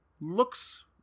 looks